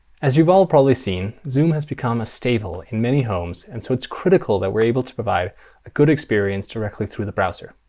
as you've all probably seen, zoom has become a staple in many homes. and so it's critical that we're able to provide a good experience directly through the browser.